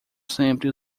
sempre